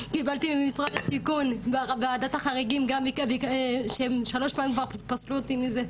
קיבלתי ממשרד השיכון וועדת החריגים כבר שלוש פעמים פסלו אותי מזה.